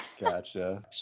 Gotcha